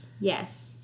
Yes